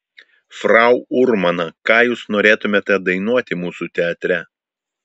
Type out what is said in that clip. frau urmana ką jūs norėtumėte dainuoti mūsų teatre